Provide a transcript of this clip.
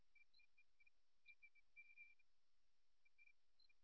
ஒரு நபர் மற்ற நபருக்கு மன இறுக்கத்தை தெரிவிக்க விரும்புகிறார்